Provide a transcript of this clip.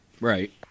Right